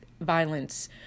violence